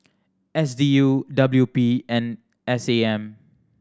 S D U W P and S A M